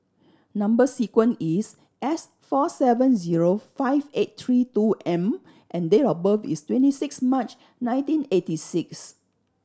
number sequence is S four seven zero five eight three two M and date of birth is twenty six March nineteen eighty six